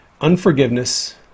Unforgiveness